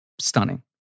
Stunning